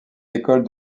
écoles